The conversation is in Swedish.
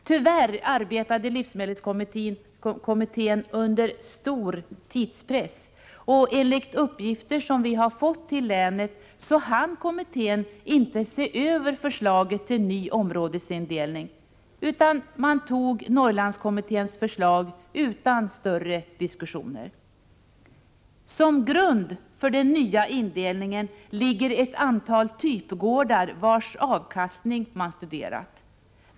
Tyvärr arbetade livsmedelskommittén under stor tidspress, och enligt uppgifter som vi fått till länet hann inte kommittén se över förslaget till ny områdesindelning, utan man antog Norrlandskommitténs förslag utan större diskussioner. Som grund för den nya indelningen ligger ett antal typgårdar, vilkas avkastning man studerat.